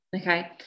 okay